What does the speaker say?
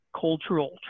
cultural